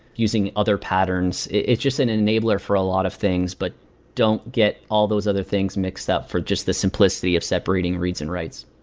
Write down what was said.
using other patterns. it's just an enabler for a lot of things, but don't get all those other things mixed up for just the simplicity of separating reads and writes.